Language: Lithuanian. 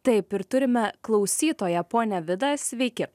taip ir turime klausytoją ponią vidą sveiki